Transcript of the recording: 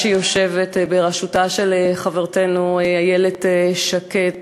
שיושבת בראשותה של חברתנו איילת שקד,